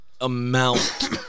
amount